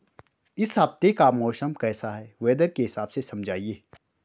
इस हफ्ते का मौसम कैसा है वेदर के हिसाब से समझाइए?